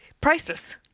priceless